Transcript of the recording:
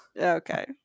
Okay